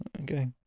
Okay